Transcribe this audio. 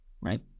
right